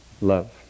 love